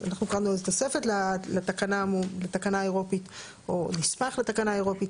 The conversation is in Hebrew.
אנחנו קראנו לזה תוספת לתקנה האירופית או נספח לתקנה האירופית,